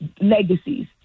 Legacies